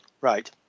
Right